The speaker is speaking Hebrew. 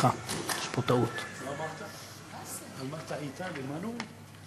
אנחנו עוברים לסעיף הבא בסדר-היום: החלטת ועדת העבודה,